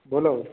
બોલો